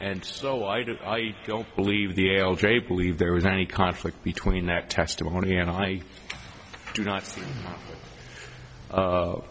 and so why do i believe the l j believe there was any conflict between that testimony and i do not